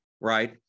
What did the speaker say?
right